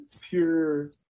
pure